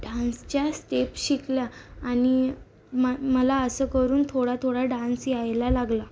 डान्सच्या स्टेप शिकल्या आणि म मला असं करून थोडा थोडा डान्स यायला लागला